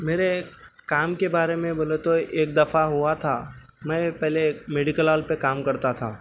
میرے کام کے بارے میں بولو تو ایک دفعہ ہوا تھا میں پہلے میڈیکل ہال پہ کام کرتا تھا